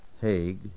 Haig